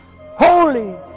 Holy